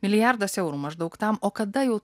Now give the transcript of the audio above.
milijardas eurų maždaug tam o kada jau